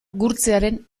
gurtzearen